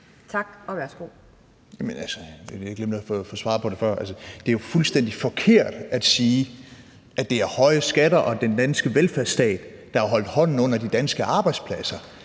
Jeg ved ikke lige, om jeg har fået svaret på det før. Det er jo fuldstændig forkert at sige, at det er høje skatter og den danske velfærdsstat, der har holdt hånden under de danske arbejdspladser.